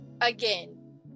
Again